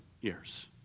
years